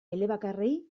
elebakarrei